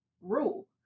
rule